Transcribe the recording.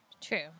True